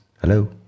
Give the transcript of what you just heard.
Hello